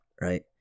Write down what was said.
right